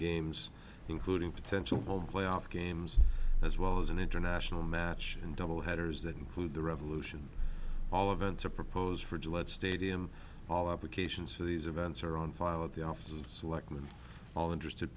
games including potential home playoff games as well as an international match and double headers that include the revolution all events are proposed for gillette stadium all applications for these events are on file at the offices of selectmen all interested